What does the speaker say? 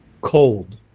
cold